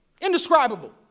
Indescribable